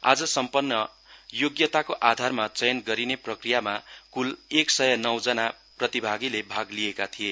आज सम्पन्न योग्यताको आधारमा चयन गरिने प्रकियामा कुल एक सय नौं जना प्रतिभागीले भाग लिएका थिए